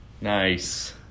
Nice